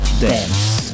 dance